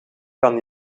kan